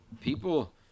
people